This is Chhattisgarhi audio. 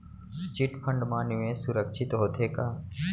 चिट फंड मा निवेश सुरक्षित होथे का?